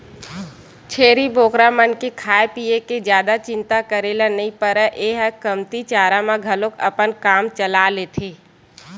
छेरी बोकरा मन के खाए पिए के जादा चिंता करे ल नइ परय ए ह कमती चारा म घलोक अपन काम चला लेथे